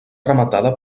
rematada